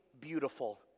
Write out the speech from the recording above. beautiful